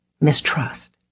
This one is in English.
mistrust